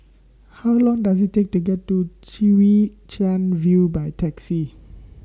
How Long Does IT Take to get to Chwee Chian View By Taxi